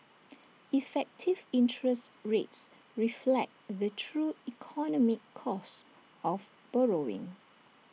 effective interest rates reflect the true economic cost of borrowing